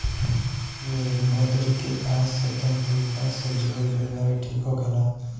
निलबदरी के खाए से तंत्रिका से जुड़ल बीमारी ठीक होखेला